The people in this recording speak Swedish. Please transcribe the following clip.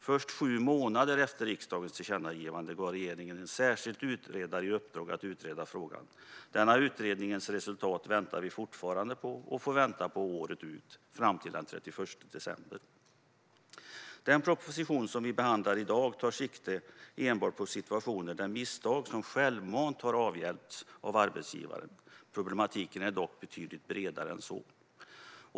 Först sju månader efter riksdagens tillkännagivande gav regeringen en särskild utredare i uppdrag att utreda frågan. Denna utrednings resultat väntar vi fortfarande på och får vänta året ut - fram till den 31 december. Den proposition som vi behandlar i dag tar enbart sikte på situationer där misstag självmant har avhjälpts av arbetsgivaren. Problematiken är dock betydligt bredare än så.